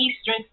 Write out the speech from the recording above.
Eastern